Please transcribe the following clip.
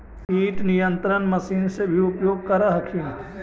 किट नियन्त्रण मशिन से भी उपयोग कर हखिन?